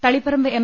Taliparamba M